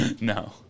No